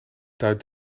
duidt